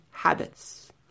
habits